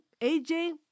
AJ